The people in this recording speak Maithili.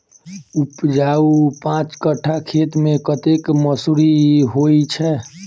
उपजाउ पांच कट्ठा खेत मे कतेक मसूरी होइ छै?